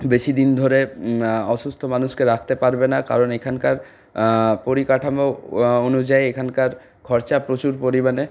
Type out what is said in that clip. বেশিদিন ধরে অসুস্থ মানুষকে রাখতে পারবে না কারণ এখানকার পরিকাঠামো অনুযায়ী এখানকার খরচা প্রচুর পরিমাণে